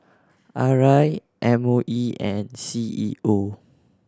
R I M O E and C E O